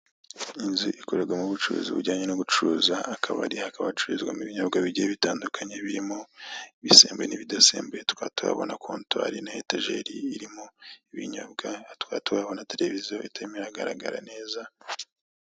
Inzu ikorerwamo ubucuruzi bujyanye no gucuruza akabari hakaba hacururizwamo ibinyobwa bigiye bitandukanye birimo ibisembuye n'ibidasembuye tukaba tuhabona kontwari na etajeri irimo ibinyobwa tukaba tuhabona televiziyo itarimo iragaragara neza.